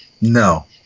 No